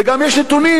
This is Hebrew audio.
וגם יש נתונים,